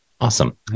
Awesome